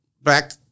back